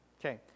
okay